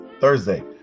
Thursday